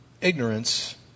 ignorance